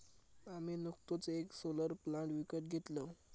आम्ही नुकतोच येक सोलर प्लांट विकत घेतलव